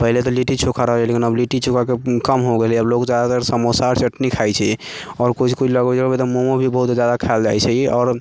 पहिले तऽ लिट्टी चोखा रहै लेकिन आब किछु कम हो गेलै आब लोग जादा समोसा चटनी खाइ छै आओर किछु किछु लोग तऽ मोमो भी बहुत जादा खायल जाइ छै आओर